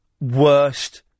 worst